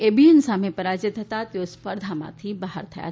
એબીયન સામે પરાજય થતાં તેઓ સ્પર્ધામાંથી બહાર થયા છે